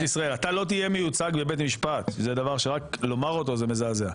אני לא מנהל, זאת הייתה הצעה.